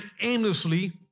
aimlessly